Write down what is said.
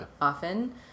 often